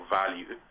value